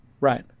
Right